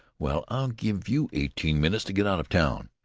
well, i'll give you eighteen minutes to get out of town.